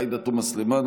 יש הבדלים.